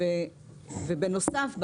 בנוסף,